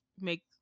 make